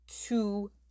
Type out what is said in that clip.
two